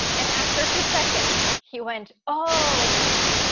and after a few seconds, he went, oh.